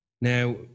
Now